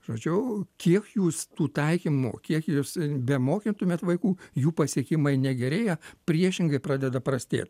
žodžiu kiek jūs tų taikymų kiek jūs bemokytumėt vaikų jų pasiekimai negerėja priešingai pradeda prastėt